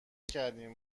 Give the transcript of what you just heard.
کردیم